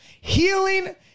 healing